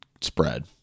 spread